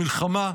המלחמה,